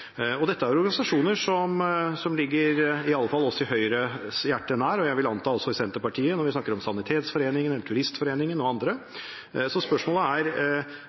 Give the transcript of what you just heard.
Dette er organisasjoner som ligger i alle fall Høyres hjerte nært, og jeg vil anta også Senterpartiets, når vi snakker om Sanitetsforeningen, Turistforeningen og andre. Spørsmålet er: